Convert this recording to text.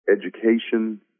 education